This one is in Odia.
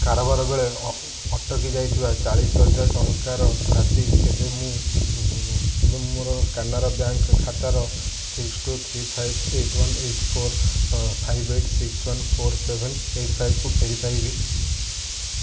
କାରବାର ବେଳେ ଅଟକି ଯାଇଥିବା ଚାଳିଶି ହାଜର ଟଙ୍କାର ରାଶି କେବେ ମୁଁ ମୋର କାନାରା ବ୍ୟାଙ୍କ୍ ଖାତାର six two three five eight one eight four five eight six one four seven eight ଫାଇଭକୁ ଫେରି ପାଇବି